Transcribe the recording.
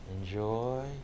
Enjoy